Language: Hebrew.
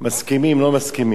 אדוני שר המשפטים,